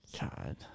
God